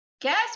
Guess